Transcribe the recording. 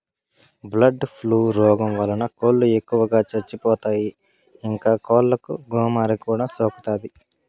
bird flu రోగం వలన కోళ్ళు ఎక్కువగా చచ్చిపోతాయి, ఇంకా కోళ్ళకు గోమారి కూడా సోకుతాది